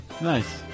Nice